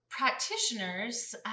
practitioners